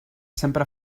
sempre